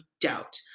doubt